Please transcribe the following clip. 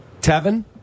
Tevin